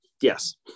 Yes